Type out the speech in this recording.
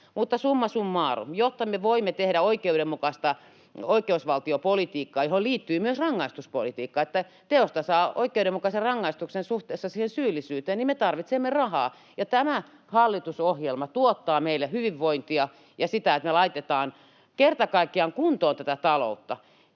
Mutta summa summarum: Jotta me voimme tehdä oikeudenmukaista oikeusvaltiopolitiikkaa, johon liittyy myös rangaistuspolitiikka, että teosta saa oikeudenmukaisen rangaistuksen suhteessa siihen syyllisyyteen, niin me tarvitsemme rahaa, ja tämä hallitusohjelma tuottaa meille hyvinvointia ja sitä, että me laitetaan kerta kaikkiaan kuntoon tätä taloutta.